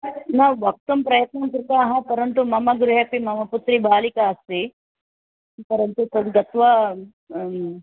न वक्तुं प्रयत्नं कृताः परन्तु मम गृहे अपि मम पुत्री बालिका अस्ति परन्तु तद् गत्वा